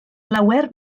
lawer